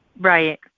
Right